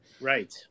Right